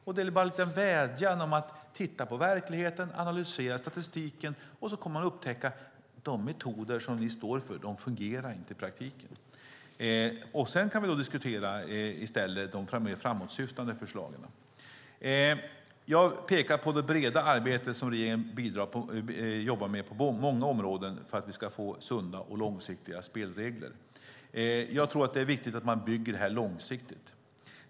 Jag har bara en liten vädjan om att ni ska titta på verkligheten och analysera statistiken, för då kommer ni att upptäcka att de metoder som ni står för inte fungerar i praktiken. Sedan kan vi i stället diskutera de mer framåtsyftande förslagen. Jag pekar på det breda arbete som regeringen jobbar med på många områden för att vi ska få sunda och långsiktiga spelregler. Jag tror att det är viktigt att bygga det här långsiktigt.